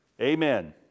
Amen